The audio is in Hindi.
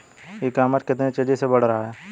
ई कॉमर्स कितनी तेजी से बढ़ रहा है?